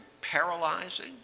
paralyzing